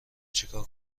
چیکار